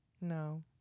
No